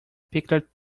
pickled